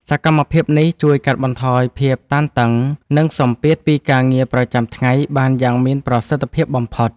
សកម្មភាពនេះជួយកាត់បន្ថយភាពតានតឹង និងសម្ពាធពីការងារប្រចាំថ្ងៃបានយ៉ាងមានប្រសិទ្ធភាពបំផុត។